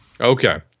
Okay